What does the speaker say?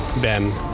Ben